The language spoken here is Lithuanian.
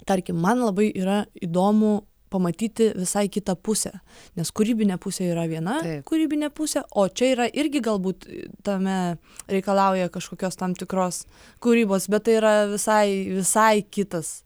tarkim man labai yra įdomu pamatyti visai kitą pusę nes kūrybinė pusė yra viena kūrybinė pusė o čia yra irgi galbūt tame reikalauja kažkokios tam tikros kūrybos bet tai yra visai visai kitas